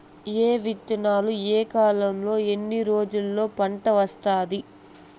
ఏ విత్తనాలు ఏ కాలంలో ఎన్ని రోజుల్లో పంట వస్తాది?